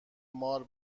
مار